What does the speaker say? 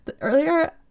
Earlier